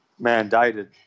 mandated